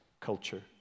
culture